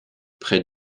près